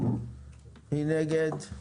מי נגד?